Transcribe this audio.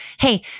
Hey